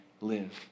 live